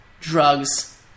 drugs